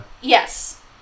Yes